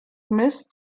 missed